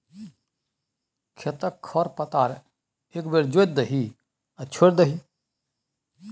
खेतक खर पतार एक बेर जोति दही आ छोड़ि दही